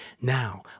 Now